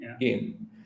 game